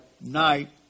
night